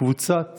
קבוצת